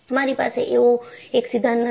તમારી પાસે એવો એક સિદ્ધાંત નથી